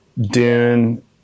Dune